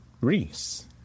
Reese